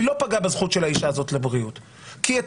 היא לא פגעה בזכות של האישה הזאת לבריאות כי את